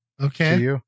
Okay